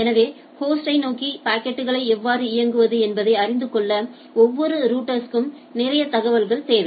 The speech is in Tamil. எனவே ஹோஸ்டை நோக்கி பாக்கெட்களை எவ்வாறு இயக்குவது என்பதை அறிந்து கொள்ள ஒவ்வொரு ரௌட்டர்ஸ்க்கும் நிறைய தகவல்கள் தேவை